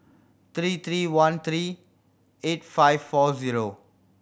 three three one three eight five four zero